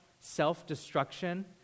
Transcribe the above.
self-destruction